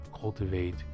cultivate